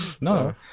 No